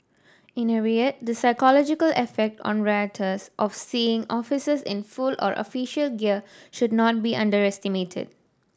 in a riot the psychological effect on rioters of seeing officers in full or official gear should not be underestimated